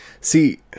See